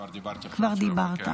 כבר דיברתי.